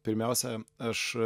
pirmiausia aš